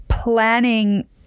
planning